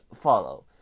follow